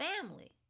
family